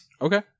Okay